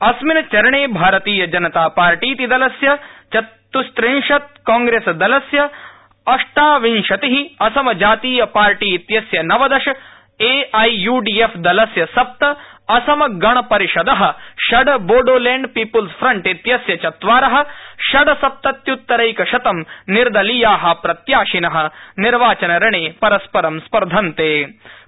अस्मिन ाचरणे भारतीय जनता पार्टीति दलस्य चत्स्त्रिंशत्त्त कांग्रेसदलस्यअष्टाविंशतिः असम जातीय पार्टी इत्यस्य नवदश एआईयूडीएफदलस्यसप्त असम गणपरिषदःषड् बोडोलैंड पीप्ल्स फ्रंट इत्यस्य चत्वारःषड्सप्तत्य्तरैकशतं निर्दलीयाःप्रत्याशिनः निर्वाचनरणे परस्परं स्पर्धन्ते